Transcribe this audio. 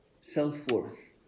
self-worth